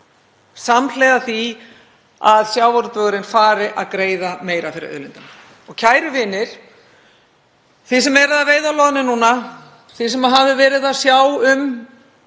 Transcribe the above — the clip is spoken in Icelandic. samhliða því að sjávarútvegurinn fari að greiða meira fyrir auðlindina. Og kæru vinir, þið sem eruð að veiða loðnu núna, þið sem hafið verið að sjá um